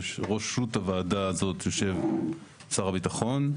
בראשות הוועדה הזאת יושב שר הביטחון.